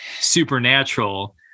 supernatural